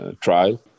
trial